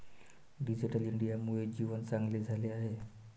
digital इंडियामुळे जीवन चांगले झाले आहे